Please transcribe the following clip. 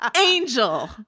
Angel